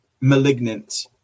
malignant